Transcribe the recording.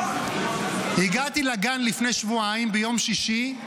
הגעתי לגן לפני שבועיים ביום שישי.